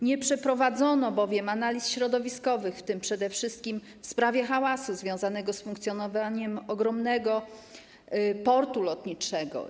Nie przeprowadzono bowiem analiz środowiskowych, w tym przede wszystkim w sprawie hałasu związanego z funkcjonowaniem ogromnego portu lotniczego.